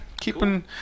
keeping